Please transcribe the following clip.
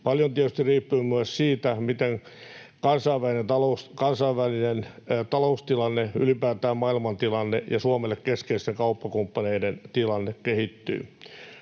Paljon tietysti riippuu myös siitä, miten kansainvälinen taloustilanne, ylipäätään maailmantilanne ja Suomelle keskeisten kauppakumppaneiden tilanne kehittyvät.